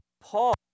Paul